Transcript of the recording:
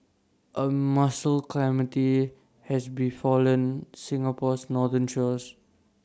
A mussel calamity has befallen Singapore's northern shores